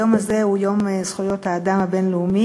היום הזה הוא יום זכויות האדם הבין-לאומי,